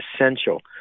essential